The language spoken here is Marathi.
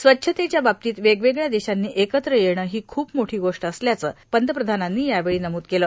स्वच्छतेच्या बाबतीत वेगवेगळ्या देशांनी एकत्र येणं ही खूप मोठी गोष्ट असल्याचं पंतप्रधानांनी यावेळी नमूद केलं